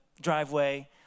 driveway